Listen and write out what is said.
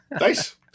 Nice